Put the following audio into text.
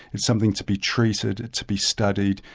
it's something to be treated, to be studied,